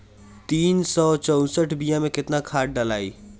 तीन सउ चउसठ बिया मे कौन खाद दलाई?